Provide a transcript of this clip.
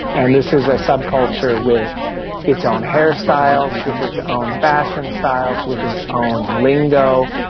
and this is a subculture with its own hairstyles, with its own fashion styles, with its own lingo,